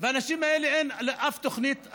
לאנשים האלה אין אף תוכנית,